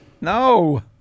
No